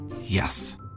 Yes